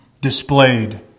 displayed